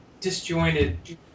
disjointed